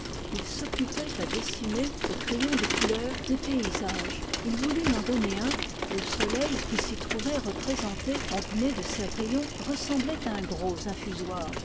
il s'occupait à dessiner aux crayons de couleur des paysages il voulut m'en donner un le soleil qui s'y trouvait représenté orné de ses rayons ressemblait à un gros